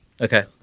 Okay